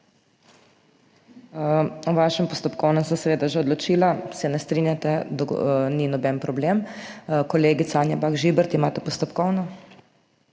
O vašem postopkovnem sem seveda že odločila, se ne strinjate, ni noben problem. Kolegica Anja Bah Žibert, imate postopkovno.